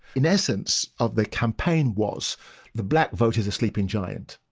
in essence of the campaign was the black vote is a sleeping giant.